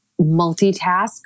multitask